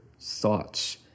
thoughts